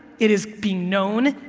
it is be known,